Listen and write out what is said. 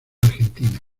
argentina